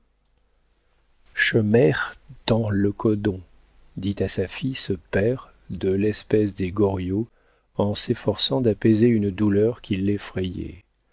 che meirs tans le godon dit à sa fille ce père de l'espèce des goriot en s'efforçant d'apaiser une douleur qui